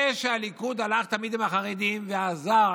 הליכוד הלך תמיד עם החרדים ועזר,